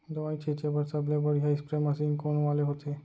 दवई छिंचे बर सबले बढ़िया स्प्रे मशीन कोन वाले होथे?